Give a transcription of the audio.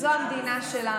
זו המדינה שלנו.